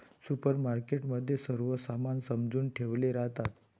supermarket मध्ये सर्व सामान सजवुन ठेवले राहतात